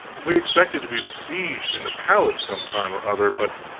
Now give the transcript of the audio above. we expected to be besieged in the palace some time or other, but